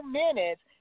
minutes